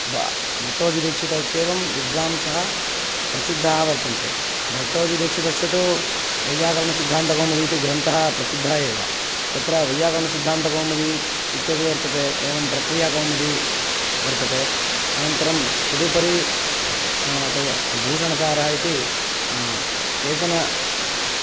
ब भट्टोजिदीक्षित इत्येवं विद्वांसः प्रसिद्धाः वर्तन्ते भट्टोजिदीक्षितस्य तु वैयाकरणसिद्धान्तकौमुदी इति ग्रन्थः प्रसिद्धः एव तत्र वैयाकरणसिद्धान्तकौमुदी इति इत्यपि वर्तते एवं प्रक्रियाकौमुदी वर्तते अनन्तरं तदुपरि तद् भूषणसारः इति केचन